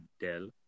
Dell